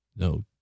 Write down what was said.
No